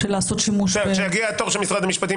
היא תענה בתורה.